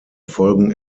folgen